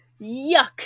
Yuck